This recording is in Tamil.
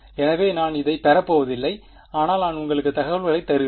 எனவே நான் இதைப் பெறப் போவதில்லை ஆனால் நான் உங்களுக்கு தகவல்களைத் தருவேன்